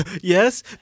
Yes